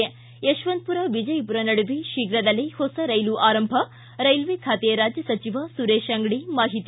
ಿ ಯಶವಂತಪುರ ವಿಜಯಪುರ ನಡುವೆ ಶೀಘ್ರದಲ್ಲೇ ಹೊಸ ರೈಲು ಆರಂಭ ರೈಲ್ವೆ ಖಾತೆ ರಾಜ್ಯ ಸಚಿವ ಸುರೇಶ್ ಅಂಗಡಿ ಮಾಹಿತಿ